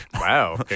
Wow